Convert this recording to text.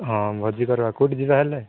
ହଁ ଭୋଜି କରିବା କୋଉଠି ଯିବା ହେଲେ